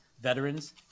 Veterans